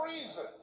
reason